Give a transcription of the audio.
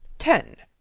ten.